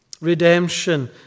Redemption